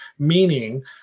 meaning